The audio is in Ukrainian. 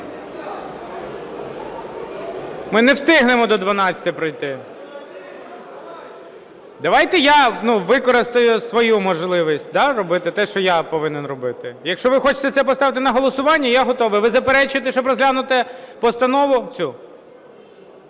Ми не встигнемо до 12-ї пройти. Давайте я використаю свою можливість, да, робити те, що я повинен робити. Якщо ви хочете це поставити на голосування, я готовий. Ви заперечуєте, щоб розглянути постанову цю?